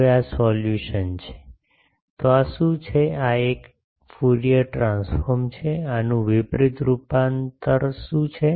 હવે આ સોલ્યુશન છે તો આ શું છે આ એક ફ્યુરિયર ટ્રાન્સફોર્મ છે આનું વિપરિત રૂપાંતર શું છે